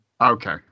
Okay